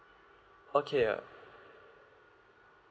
okay uh